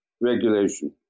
regulation